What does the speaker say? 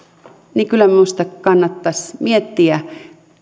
niin kyllä minusta kannattaisi miettiä